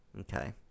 Okay